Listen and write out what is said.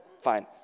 fine